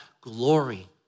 glory